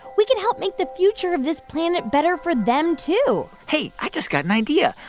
we can help make the future of this planet better for them, too hey, i just got an idea.